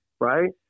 right